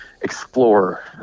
explore